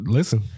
Listen